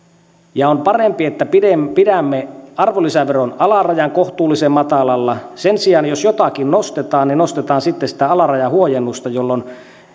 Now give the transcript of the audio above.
on parempi että pidämme arvonlisäveron alarajan kohtuullisen matalalla sen sijaan jos jotakin nostetaan niin nostetaan sitten sitä alarajahuojennusta jolloin